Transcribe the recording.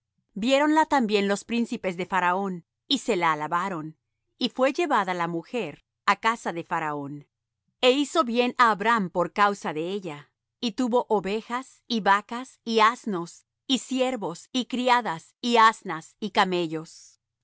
viéronla también los príncipes de faraón y se la alabaron y fué llevada la mujer á casa de faraón e hizo bien á abram por causa de ella y tuvo ovejas y vacas y asnos y siervos y criadas y asnas y camellos